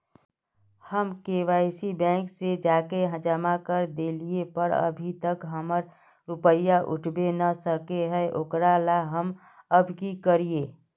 हम KYC bank में जाके जमा कर देलिए पर अभी तक हमर रुपया उठबे न करे है ओकरा ला हम अब की करिए?